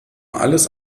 alles